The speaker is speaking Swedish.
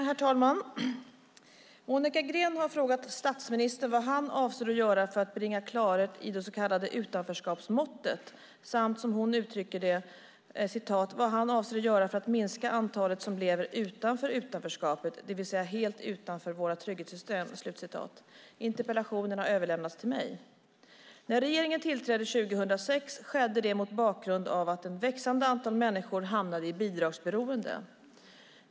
Herr talman! Monica Green har frågat statsministern vad han avser att göra för att bringa klarhet i det så kallade utanförskapsmåttet samt, som hon uttrycker det, vad han avser "att göra för att minska antalet som lever utanför utanförskapet, det vill säga helt utanför våra trygghetssystem". Interpellationen har överlämnats till mig. När regeringen tillträdde 2006 skedde det mot bakgrund av att ett växande antal människor hamnade i bidragsberoende.